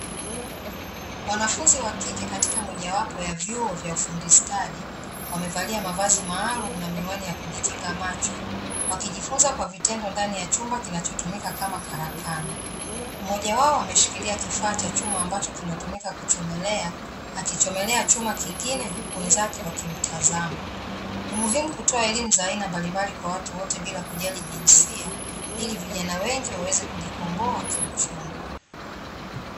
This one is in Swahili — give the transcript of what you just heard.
Wanafunzi wa kike katika mojawapo ya vyuo vya ufundi stadi, wamevalia mavazi maalumu na miwani ya kujikinga macho, wakijifunza kwa vitendo ndani ya chumba kinachotumika kama karakana. Mmoja wao ameshikilia kifaa cha chuma ambacho kinatumika kuchomelea, akichomelea chuma kingine huku wenzake wakimtazama. Ni muhimu kutoa elimu za aina mbalimbali kwa watu wote bila kujali jinsia, ili vijana wengi waweze kijikomboa kiuchumi.